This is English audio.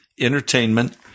entertainment